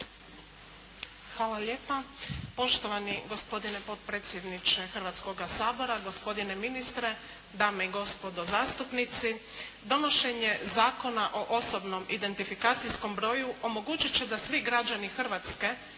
Hvala lijepa. Poštovani gospodine potpredsjedniče Hrvatskoga sabora, gospodine ministre, dame i gospodo zastupnici. Donošenje Zakona o osobnom identifikacijskom broju omogućiti će da svi građani Hrvatske